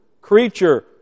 creature